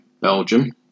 Belgium